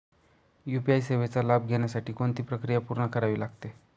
UPI सेवेचा लाभ घेण्यासाठी कोणती प्रक्रिया पूर्ण करावी लागते?